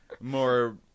more